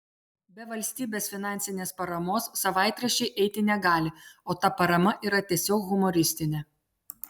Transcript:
be valstybės finansinės paramos savaitraščiai eiti negali o ta parama yra tiesiog humoristinė